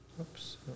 Oops